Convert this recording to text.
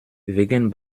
wegen